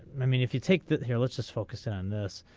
i mean if you take that here let's just focus on this.